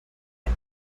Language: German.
ihr